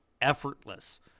effortless